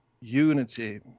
unity